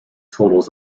totals